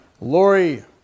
Lori